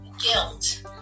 guilt